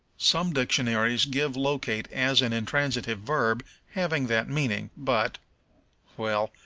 some dictionaries give locate as an intransitive verb having that meaning, but well,